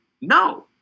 No